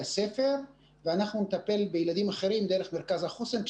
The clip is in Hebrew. הספר ואנחנו נטפל בילדים אחרים באמצעות מרכז החוסן,